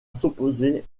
s’opposer